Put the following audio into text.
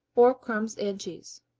or crumbs and cheese.